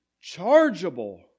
chargeable